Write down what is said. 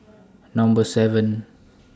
Number seven